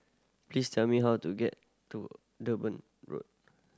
please tell me how to get to Durban Road